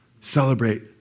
Celebrate